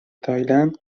تایلند